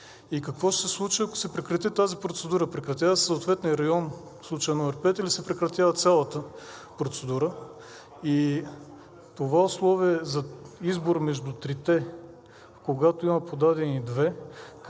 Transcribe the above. какво ще случи, ако се прекрати тази процедура? Прекратява ли се съответният район – в случая № 5, или се прекратява цялата процедура и това условие за избор между трите, когато има подадени две,